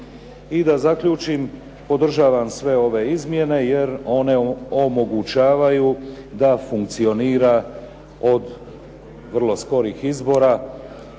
I da zaključim, podržavam sve ove izmjene, jer one omogućavaju da funkcionira od vrlo skorih izbora,